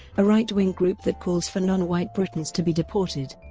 a right-wing group that calls for non-white britons to be deported.